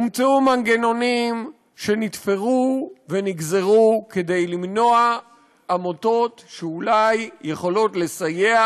הומצאו מנגנונים שנתפרו ונגזרו כדי למנוע עמותות שאולי יכולות לסייע,